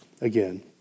Again